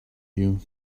you